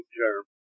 term